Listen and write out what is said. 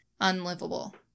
unlivable